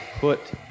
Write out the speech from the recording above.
put